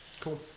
Cool